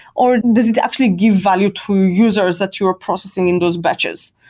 or does it actually give value to users that you are processing in those batches?